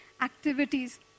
activities